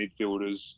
midfielders